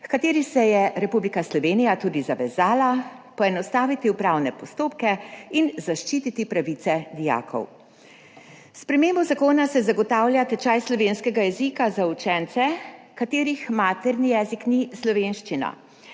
h kateri se je Republika Slovenija tudi zavezala, poenostaviti upravne postopke in zaščititi pravice dijakov. S spremembo zakona se zagotavlja tečaj slovenskega jezika za učence, katerih materni jezik ni slovenščina,